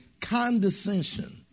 condescension